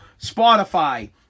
Spotify